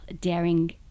daring